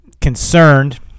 concerned